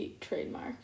Trademark